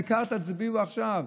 העיקר שתצביעו עכשיו.